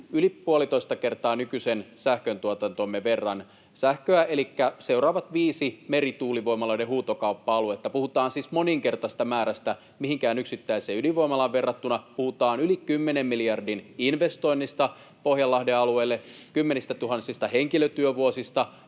yli puolitoista kertaa nykyisen sähköntuotantomme verran sähköä, elikkä seuraavat viisi merituulivoimaloiden huutokauppa-aluetta. Puhutaan siis moninkertaisesta määrästä mihinkään yksittäiseen ydinvoimalaan verrattuna. Puhutaan yli kymmenen miljardin investoinnista Pohjanlahden alueelle, kymmenistätuhansista henkilötyövuosista